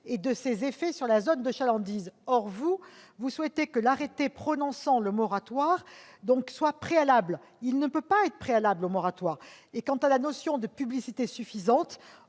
et de ses effets sur la zone de chalandise. Or vous souhaitez que l'arrêté prononçant le moratoire soit préalable. Or il ne peut pas l'être. Quant à la notion de publicité « suffisante